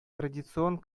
традицион